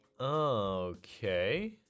Okay